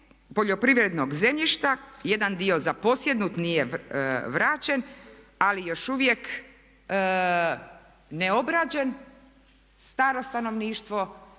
poljoprivrednog zemljišta, jedan dio zaposjednut, nije vraćen, ali još uvijek neobrađen, staro stanovništvo,